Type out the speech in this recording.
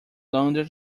london